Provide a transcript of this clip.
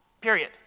period